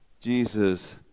Jesus